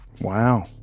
Wow